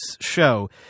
show